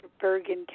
Bergen